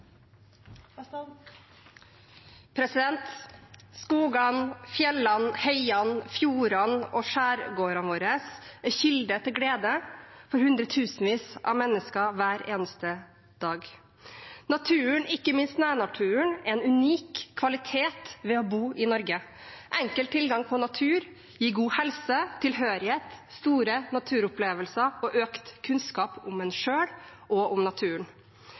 til glede for hundretusenvis av mennesker hver eneste dag. Naturen, ikke minst nærnaturen, er en unik kvalitet ved å bo i Norge. Enkel tilgang på natur gir god helse, tilhørighet, store naturopplevelser og økt kunnskap om en selv og om naturen.